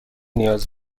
نیاز